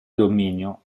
dominio